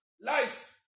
Life